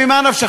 ממה נפשך,